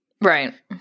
Right